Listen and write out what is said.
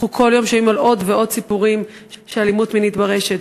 כל יום אנחנו שומעים על עוד ועוד סיפורים של אלימות מינית ברשת.